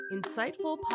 Insightful